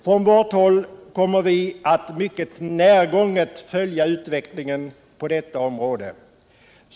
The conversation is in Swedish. Från vårt håll kommer vi att mycket närgånget följa utvecklingen på detta område.